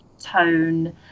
tone